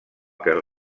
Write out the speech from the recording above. que